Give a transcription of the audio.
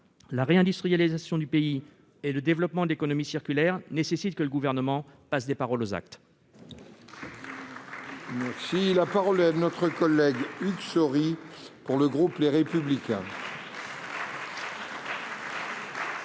La réindustrialisation du pays et le développement de l'économie circulaire nécessitent que le Gouvernement passe des paroles aux actes. La parole est à M. Hugues Saury, pour le groupe Les Républicains.